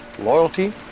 loyalty